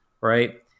right